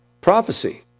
Prophecy